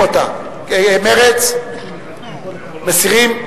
עוברים להסתייגות מס' 30 בעמוד 101. אנחנו מסירים.